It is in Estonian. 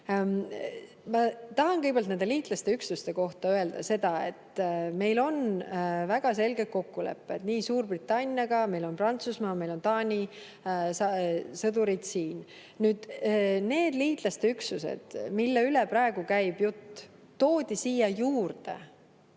Ma tahan kõigepealt nende liitlaste üksuste kohta öelda seda, et meil on väga selge kokkulepe Suurbritanniaga, meil on [ka] Prantsusmaa ja Taani sõdurid siin. Need liitlaste üksused, mille üle praegu käib jutt, toodi siia juurde